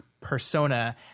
persona